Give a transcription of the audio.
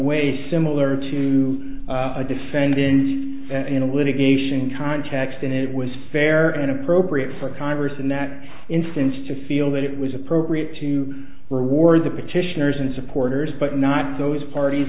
way similar to a defendant in a litigation context and it was fair and appropriate for congress in that instance to feel that it was appropriate to reward the petitioners and supporters but not those parties